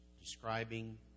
describing